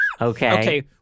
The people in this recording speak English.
Okay